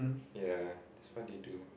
yeah that's what they do